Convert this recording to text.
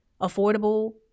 affordable